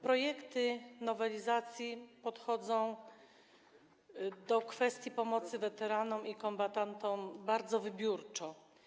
Projekty nowelizacji podchodzą do kwestii pomocy weteranom i kombatantom bardzo wybiórczo.